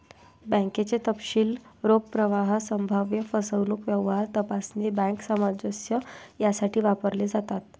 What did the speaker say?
बँकेचे तपशील रोख प्रवाह, संभाव्य फसवणूक, व्यवहार तपासणी, बँक सामंजस्य यासाठी वापरले जातात